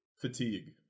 fatigue